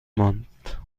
ماند